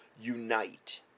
Unite